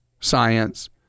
science